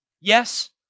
Yes